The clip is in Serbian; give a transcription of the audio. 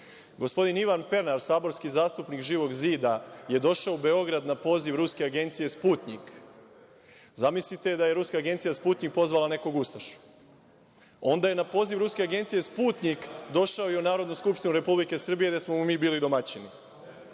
RS.Gospodin Ivan Pernar, saborski zastupnik živog zida, je došao u Beograd na poziv ruske agencije „Sputnjik“. Zamislite da je ruska agencija „Sputnjik“ pozvala nekog ustašu. Onda je na poziv ruske agencije „Sputnjik“ došao i u Narodnu skupštinu Republike Srbije, gde smo mu mi bili domaćini. Naravno